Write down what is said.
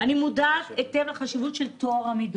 אני מודעת היטב לחשיבות של טוהר המידות,